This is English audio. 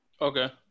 Okay